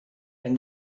and